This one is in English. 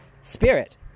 Spirit